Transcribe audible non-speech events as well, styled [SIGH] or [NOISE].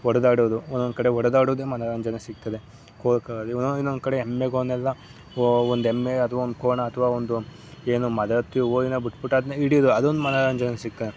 ಹೊಡೆದಾಡೋದು ಒಂದೊಂದು ಕಡೆ ಹೊಡೆದಾಡೋದೆ ಮನೋರಂಜನೆ ಸಿಗ್ತದೆ [UNINTELLIGIBLE] ಇನ್ನೊಂದು ಕಡೆ ಎಮ್ಮೆ ಕೋಣನೆಲ್ಲ ಒಂದು ಎಮ್ಮೆ ಅಥ್ವಾ ಒಂದು ಕೋಣ ಅಥ್ವಾ ಒಂದು ಏನು ಮದಕ್ಕೆ ಹೋರಿನ ಬಿಟ್ಬಿಟ್ಟು ಅದನ್ನ ಹಿಡಿಯೋದು ಅದೊಂದು ಮನೋರಂಜನೆ ಸಿಗ್ತದೆ